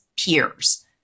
peers